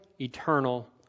eternal